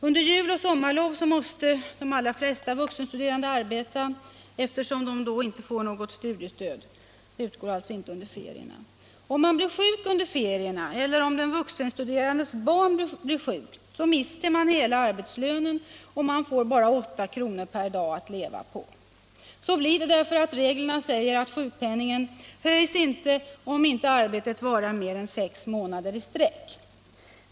Under juloch sommarlov måste de allra flesta vuxenstuderande arbeta, eftersom inget studiestöd utgår under ferierna. Om man blir sjuk under ferierna eller om den vuxenstuderandes barn blir sjukt, mister man hela arbetslönen och får bara 8 kr. per dag att leva på. Så blir det därför att reglerna säger att sjukpenningen inte höjs, om inte arbetet varar mer än sex månader i sträck.